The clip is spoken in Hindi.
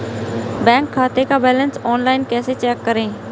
बैंक खाते का बैलेंस ऑनलाइन कैसे चेक करें?